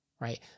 right